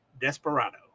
Desperado